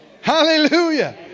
Hallelujah